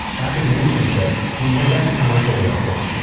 after the internship, he went back to commercial directing,